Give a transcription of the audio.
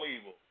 evil